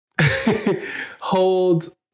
Hold